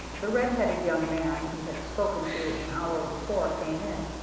the red-headed young man he had spoken to an hour before came in,